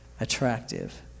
attractive